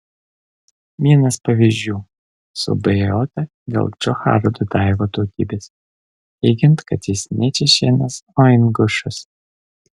vienas pavyzdžių suabejota dėl džocharo dudajevo tautybės teigiant kad jis ne čečėnas o ingušas